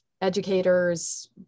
educators